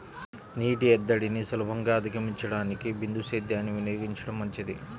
నీటి ఎద్దడిని సులభంగా అధిగమించడానికి బిందు సేద్యాన్ని వినియోగించడం మంచిది